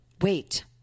Wait